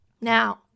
Now